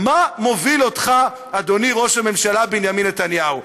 מה מוביל אותך, אדוני ראש הממשלה בנימין נתניהו?